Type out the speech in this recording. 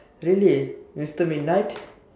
really mister midnight